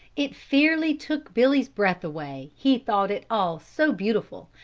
it fairly took billy's breath away, he thought it all so beautiful,